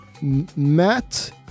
Matt